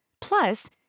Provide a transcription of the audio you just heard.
Plus